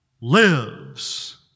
lives